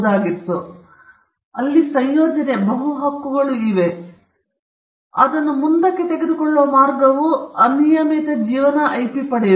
ಆದ್ದರಿಂದ ಅದು ಸಂಯೋಜನೆ ಬಹು ಹಕ್ಕುಗಳು ಇವೆ ನೀವು ಅನೇಕ ಹಕ್ಕುಗಳನ್ನು ಹೊಂದಿರುತ್ತೀರಿ ಎಂದು ನೋಡುತ್ತೀರಿ ಆದರೆ ಅದನ್ನು ಮುಂದಕ್ಕೆ ತೆಗೆದುಕೊಳ್ಳುವ ಮಾರ್ಗವು ಅನಿಯಮಿತ ಜೀವನ ಐಪಿ ಪಡೆಯುವುದು